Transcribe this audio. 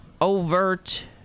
overt